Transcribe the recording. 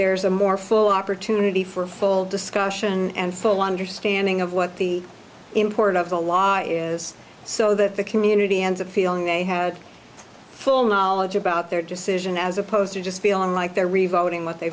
there's a more full opportunity for full discussion and full understanding of what the import of the law is so that the community ends up feeling they have full knowledge about their decision as opposed to just feeling like they're revolting what they